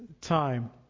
time